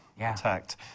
attacked